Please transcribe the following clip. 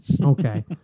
Okay